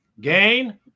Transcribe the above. Gain